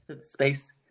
space